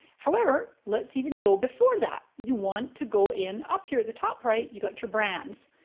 however, let's even go before that. you want to go in up here at the top right, you've got your brands.